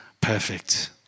perfect